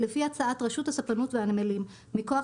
לפי הצעת רשות הספנות והנמלים מכוח